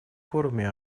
форуме